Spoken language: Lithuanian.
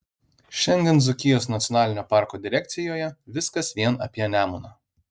šiandien dzūkijos nacionalinio parko direkcijoje viskas vien apie nemuną